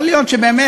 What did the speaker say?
יכול להיות באמת,